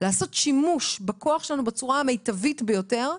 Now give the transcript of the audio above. לעשות שימוש בכוח שלנו בצורה המיטבית ביותר,